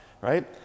right